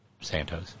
Santos